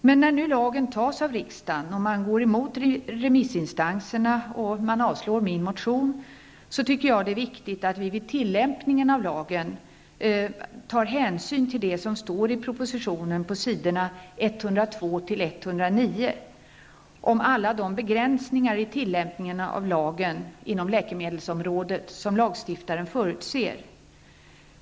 När nu denna lag antas av riksdagen, som går emot remissinstanserna och avslår min motion, tycker jag att det är viktigt att man vid tillämpningen av lagen tar hänsyn till det som står i propositionen på s. 102--109 om alla de begränsningar i tillämpningen av lagen som lagstiftaren förutser.